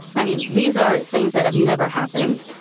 i mean, these are things that have never happened.